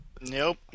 Nope